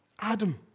Adam